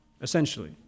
essentially